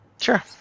Sure